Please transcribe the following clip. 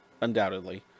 undoubtedly